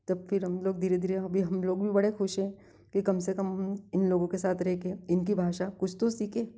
तब फिर हम लोग धीरे धीरे अभी हम लोग भी बड़े खुश हैं कि कम से कम इन लोगों के साथ रह के इनकी भाषा कुछ तो सीखे